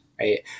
right